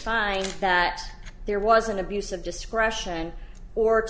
find that there was an abuse of discretion or